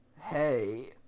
hey